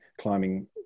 climbing